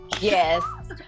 Yes